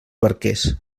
barquers